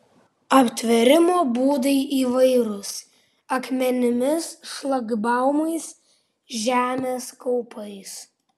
aptvėrimo būdai įvairūs akmenimis šlagbaumais žemės kaupais